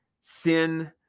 sin